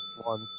one